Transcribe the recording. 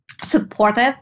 supportive